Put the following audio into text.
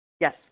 Yes